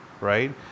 right